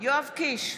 יואב קיש,